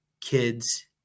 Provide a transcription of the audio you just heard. kids